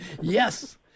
Yes